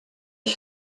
ich